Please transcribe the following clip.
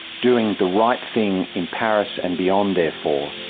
doing the right thing in paris and beyond, therefore,